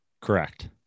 correct